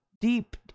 deep